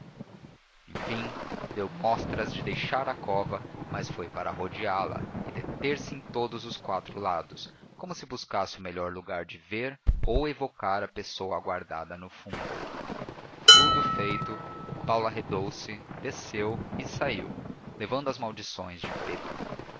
enfim deu mostras de deixar a cova mas foi para rodeá la e deter-se em todos os quatro lados como se buscasse o melhor lugar de ver ou evocar a pessoa guardada no fundo tudo feito paulo arredou se desceu e saiu levando as maldições de pedro